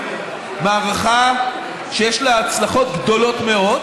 מערכה שיש לה הצלחות גדולות מאוד,